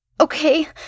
Okay